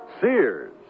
Sears